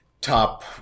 top